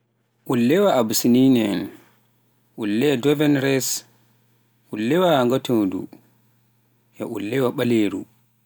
Ullewa Abyssinian, ullewa Devon Rex, ullewa ngatondu, e ullewa ɓaleeru